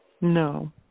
No